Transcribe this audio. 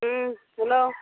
hello